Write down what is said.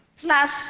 plus